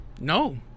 no